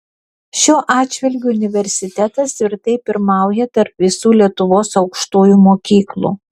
šiuo atžvilgiu universitetas tvirtai pirmauja tarp visų lietuvos aukštųjų mokyklų